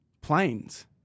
planes